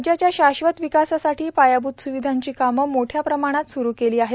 राज्याच्या शाश्वत विकासासाठी पायाभूत सुविधांची कामं मोठ्या प्रमाणात सुरू केली आहेत